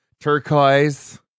Turquoise